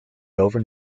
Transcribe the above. dover